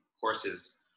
courses